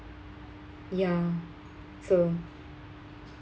ya so